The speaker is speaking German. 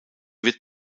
wird